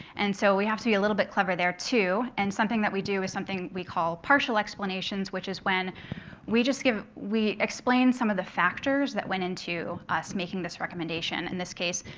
and so we have to be a little bit clever there too. and something that we do is something we call partial explanations, which is when we just give we explain some of the factors that went into us making this recommendation. in this case,